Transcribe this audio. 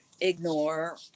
ignore